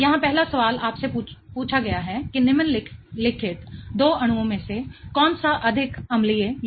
यहां पहला सवाल आपसे पूछा गया है कि निम्नलिखित दो अणुओं में से कौन सा अधिक अम्लीय है